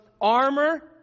armor